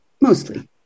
mostly